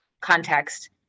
context